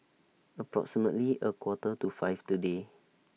approximately A Quarter to five today